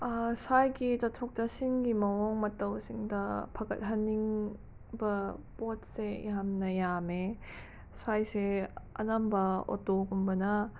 ꯁ꯭ꯋꯥꯏꯒꯤ ꯆꯠꯊꯣꯛ ꯆꯠꯁꯤꯟꯒꯤ ꯃꯑꯣꯡ ꯃꯇꯧꯁꯤꯡꯗ ꯐꯒꯠꯍꯅꯤꯡꯕ ꯄꯣꯠꯁꯦ ꯌꯥꯝꯅ ꯌꯥꯝꯃꯦ ꯁ꯭ꯋꯥꯏꯁꯦ ꯑꯅꯝꯕ ꯑꯣꯇꯣꯒꯨꯝꯕꯅ